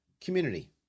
community